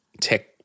tech